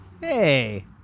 Hey